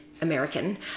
American